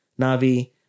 Navi